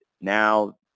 now